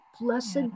blessed